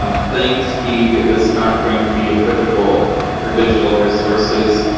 um playing speed is not going to be applicable for digital resources.